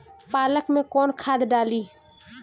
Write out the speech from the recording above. पालक में कौन खाद डाली?